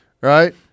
right